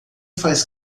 faz